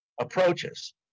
approaches